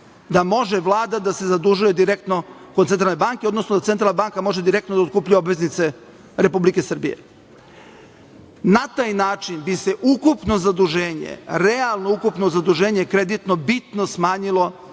da može Vlada da se zadužuje direktno kod Centralne banke, odnosno Centralna banka može direktno da otkupljuje obveznice Republike Srbije. Na taj način bi se ukupno zaduženje, realno ukupno zaduženje kreditno bitno smanjilo,